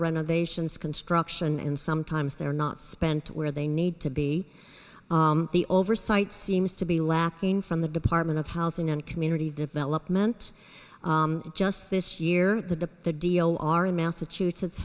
renovations construction and sometimes they're not spent where they need to be the oversight seems to be lacking from the department of housing and community development just this year the the deal are in massachusetts